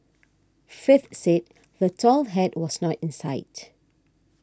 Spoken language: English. faith said the tall hat was not in sight